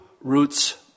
Roots